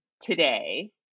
today